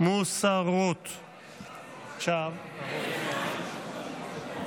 הסתייגות מס' 3. אנחנו מצביעים כעת על הסתייגות מס' 3,